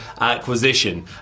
acquisition